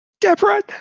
deborah